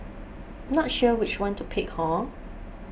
not sure which one to pick hor